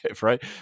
right